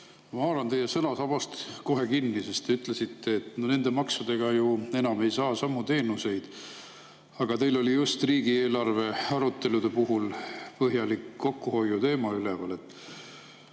Ma haaran teie sõnasabast kohe kinni. Te ütlesite, et nende maksudega ei saa ju enam samu teenuseid, aga teil oli just riigieelarve aruteludel põhjalik kokkuhoiuteema üleval.